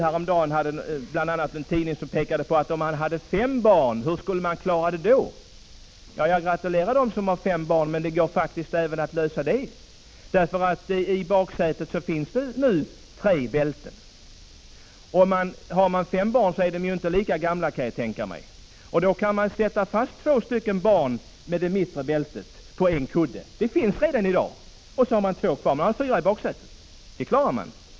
Häromdagen undrade man i en tidning hur man skulle bära sig åt om man hade fem barn. Jag gratulerar dem som har fem barn. Men det går faktiskt även att lösa det problemet. I baksätet finns det nu tre bälten. Har man fem barn är de inte lika gamla. Då kan man sätta fast två av dem med det mittersta bältet på en kudde, så att man har två bälten kvar. På det sättet kan man ha fyra barn i baksätet. Det klarar man.